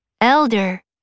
elder